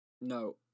No